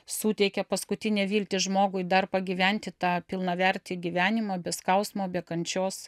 suteikia paskutinę viltį žmogui dar pagyventi tą pilnavertį gyvenimą be skausmo be kančios